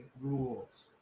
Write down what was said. rules